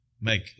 make